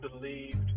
believed